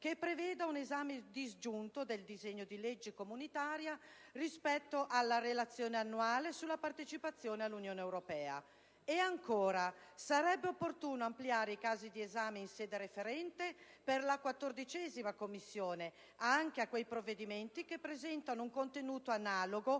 che preveda un esame disgiunto del disegno di legge comunitaria rispetto alla Relazione annuale sulla partecipazione all'Unione europea. E ancora, sarebbe opportuno ampliare i casi di esame in sede referente per la 14a Commissione anche a quei provvedimenti che presentano un contenuto analogo